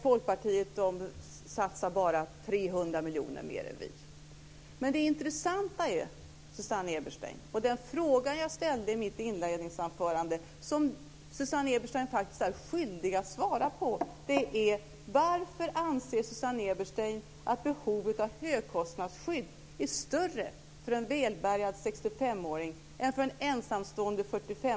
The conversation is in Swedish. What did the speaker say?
Folkpartiet satsar bara 300 miljoner mer än vi. Men det intressanta är den fråga som jag ställde i mitt inledningsanförande och som Susanne Eberstein faktiskt är skyldig att svara på. Det är:Varför anser Susanne Eberstein att behovet av högkostnadsskydd är större för en välbärgad 65-åring än för en ensamstående 45